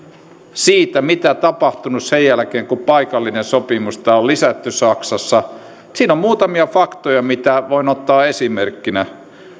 siitä mitä on tapahtunut sen jälkeen kun paikallista sopimista on lisätty saksassa siinä on muutamia faktoja mitä voin ottaa esimerkkinä